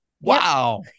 Wow